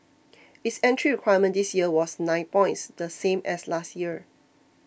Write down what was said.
its entry requirement this year was nine points the same as last year